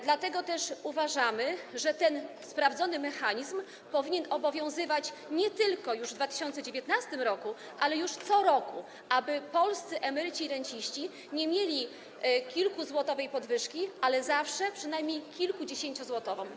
Dlatego też uważamy, że ten sprawdzony mechanizm powinien obowiązywać nie tylko w 2019 r., ale co roku, aby polscy emeryci i renciści nie mieli kilkuzłotowej podwyżki, ale zawsze mieli przynajmniej kilkudziesięciozłotową podwyżkę.